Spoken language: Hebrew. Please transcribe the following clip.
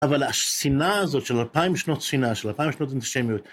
אבל השנאה הזאת, של 2000 שנות שנאה, של 2000 שנות אנטישמיות.